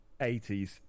80s